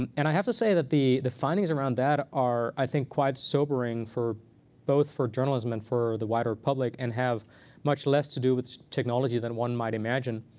um and i have to say that the the findings around that are, i think, quite sobering, both for journalism and for the wider public, and have much less to do with technology than one might imagine.